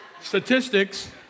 statistics